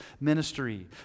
ministry